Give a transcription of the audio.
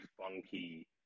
funky